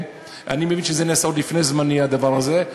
אני מבין שזה נעשה עוד לפני זמני, הדבר הזה.